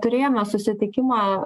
turėjome susitikimą